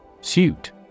Suit